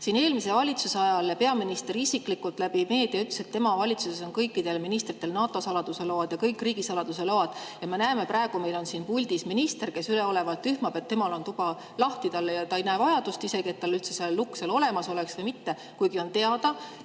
Eelmise valitsuse ajal peaminister isiklikult läbi meedia ütles, et tema valitsuses on kõikidel ministritel NATO saladuse load ja kõik riigisaladuse load. Me näeme praegu, et meil on siin puldis minister, kes üleolevalt ühmab, et temal on tuba lahti ja ta ei näe üldse vajadust, et tal see lukk seal olemas oleks. Samas on teada,